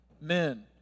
Men